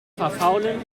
verfaulen